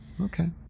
Okay